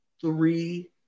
three